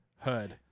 Hood